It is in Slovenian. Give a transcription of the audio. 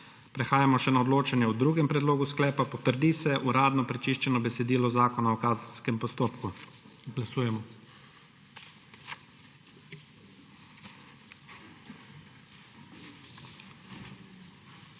Prehajamo še na odločanje o drugem predlogu sklepa: Potrdi se uradno prečiščeno besedilo Zakona o kazenskem postopku. Glasujemo.